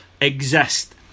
exist